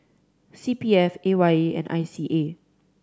C P F A Y E and I C A